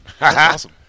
Awesome